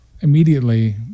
immediately